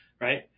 right